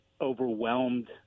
overwhelmed